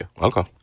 Okay